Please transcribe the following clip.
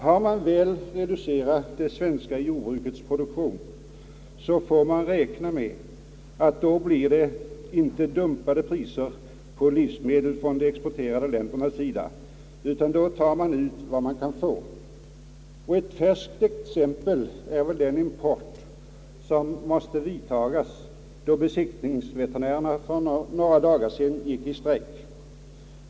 Har man väl reducerat det svenska jordbrukets produktion så får man räkna med att det inte blir dumpade priser på livsmedel från de exporterande ländernas sida, utan då tar man ut vad man kan få. Ett färskt exempel på detta är väl den import som måste vidtagas då besiktningsveterinärerna för några dagar sedan gick i strejk.